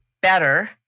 better